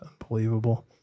unbelievable